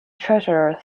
treasurer